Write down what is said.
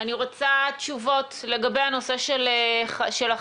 אני רוצה תשובות לגבי הנושא של החל"ת,